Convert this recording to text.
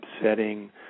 upsetting